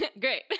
great